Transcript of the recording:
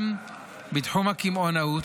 גם בתחום הקמעונאות